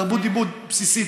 תרבות דיבור בסיסית,